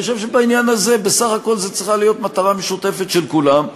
אני חושב שבעניין הזה זו צריכה להיות מטרה משותפת של כולם.